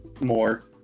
more